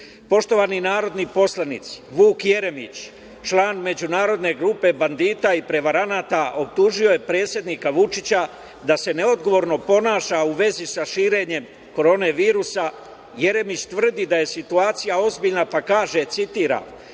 godine. Poštovani narodni poslanici, Vuk Jeremić, član „međunarodne grupe bandita i prevaranata“ optužio je predsednika Vučića da se neodgovorno ponaša u vezi sa širenjem korona virusa, Jeremić tvrdi da je situacija ozbiljna pa kaže, citiram: